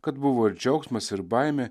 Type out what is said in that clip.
kad buvo ir džiaugsmas ir baimė